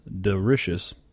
delicious